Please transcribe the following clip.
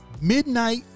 Midnight